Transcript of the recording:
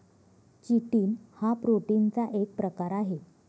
chitin हा प्रोटीनचा एक प्रकार आहे